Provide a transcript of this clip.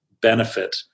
benefit